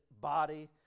body